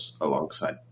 alongside